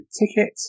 ticket